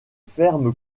ferme